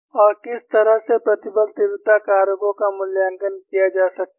और किस तरह से प्रतिबल तीव्रता कारकों का मूल्यांकन किया जा सकता है